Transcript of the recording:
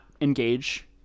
engage